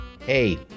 Hey